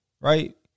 right